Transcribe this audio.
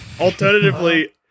Alternatively